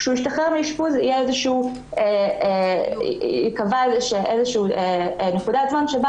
כשהוא ישתחרר מאשפוז תקבע נקודת זמן שבה